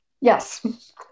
Yes